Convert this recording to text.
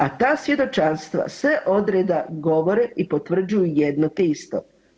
A ta svjedočanstva sve odreda govore i potvrđuju jedno te isto.